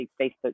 Facebook